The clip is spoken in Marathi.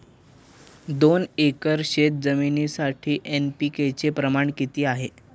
दोन एकर शेतजमिनीसाठी एन.पी.के चे प्रमाण किती आहे?